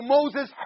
Moses